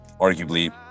arguably